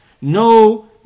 no